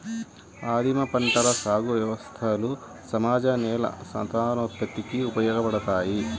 ఆదిమ పంటల సాగు వ్యవస్థలు సహజ నేల సంతానోత్పత్తికి ఉపయోగపడతాయి